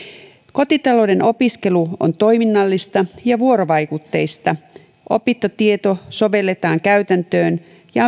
kotitalouden opiskelu on toiminnallista ja vuorovaikutteista opittu tieto sovelletaan käytäntöön ja